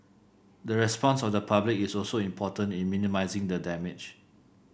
the response of the public is also important in minimising the damage